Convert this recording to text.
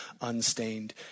unstained